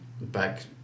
back